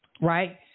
right